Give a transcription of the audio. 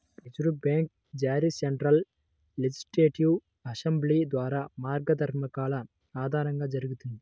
reserve bank జారీ central legislative assembly ద్వారా మార్గదర్శకాల ఆధారంగా జరిగింది